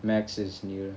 max is neil